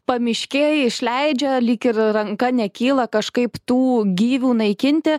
pamiškėj išleidžia lyg ir ranka nekyla kažkaip tų gyvių naikinti